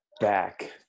back